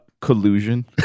collusion